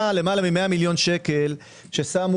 היה למעלה מ-100 מיליון שקל ששמו